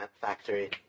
factory